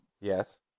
yes